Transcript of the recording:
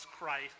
Christ